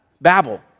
Babel